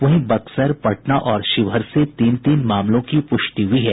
वहीं बक्सर पटना और शिवहर से तीन तीन मामलों की पुष्टि हुई है